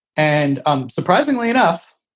and um surprisingly enough,